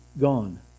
gone